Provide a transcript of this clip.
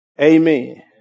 Amen